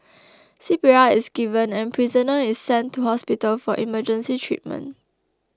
C P R is given and prisoner is sent to hospital for emergency treatment